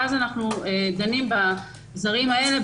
ואז אנחנו דנים בזרים האלה.